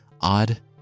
Odd